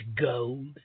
gold